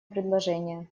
предложения